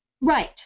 Right